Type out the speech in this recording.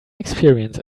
experience